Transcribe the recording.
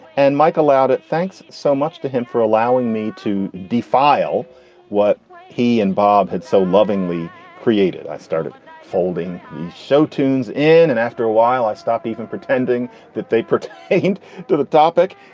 and mike allowed it. thanks so much to him for allowing me to defile what he and bob had so lovingly created. i started folding show tunes in and after a while i stopped even pretending that they pertained to the topic.